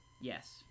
yes